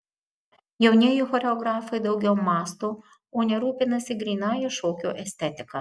jaunieji choreografai daugiau mąsto o ne rūpinasi grynąja šokio estetika